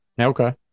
okay